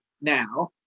now